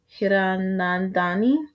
Hiranandani